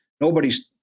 nobody's